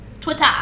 Twitter